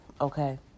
okay